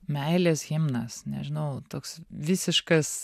meilės himnas nežinau toks visiškas